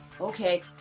okay